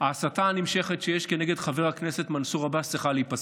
ההסתה הנמשכת שיש כנגד חבר הכנסת מנסור עבאס צריכה להיפסק.